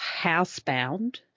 housebound